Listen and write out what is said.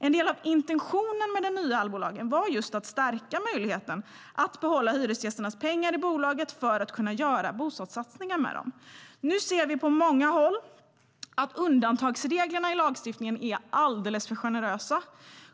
En del av intentionen med den nya Allbolagen var just att stärka möjligheten att behålla hyresgästernas pengar i bolaget för att kunna göra bostadssatsningar. Nu ser vi på många håll att undantagsreglerna i lagstiftningen är alldeles för generösa.